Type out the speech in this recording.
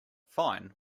fine